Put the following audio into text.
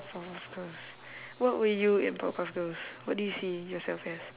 powerpuff girls what were you in powerpuff girls what do you see yourself as